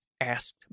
asked